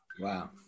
Wow